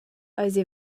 eisi